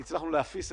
האם יהיו הצעות לסדר?